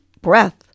breath